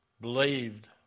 believed